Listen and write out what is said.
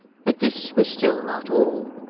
but this was still not all.